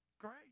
great